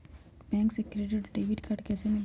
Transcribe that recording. Bank से credit और debit card कैसी मिलेला?